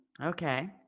okay